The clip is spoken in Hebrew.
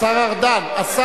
את איווט בממשלה הבאה.